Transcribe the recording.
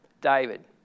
David